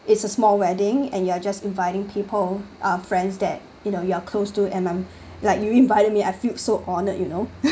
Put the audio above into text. it's a small wedding and you are just inviting people are friends that you know you are close to them like you invited me I feel so honoured you know